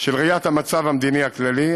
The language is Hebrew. שבראיית המצב המדיני הכללי,